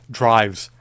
drives